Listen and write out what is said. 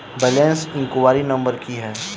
Balance enquiry number की है?